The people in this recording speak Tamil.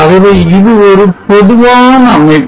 ஆகவே இது ஒரு பொதுவான அமைப்பு